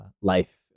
life